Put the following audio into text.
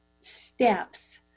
steps